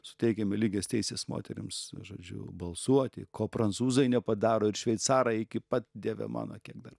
suteikiame lygias teises moterims žodžiu balsuoti ko prancūzai nepadaro ir šveicarai iki pat dieve mano kiek dar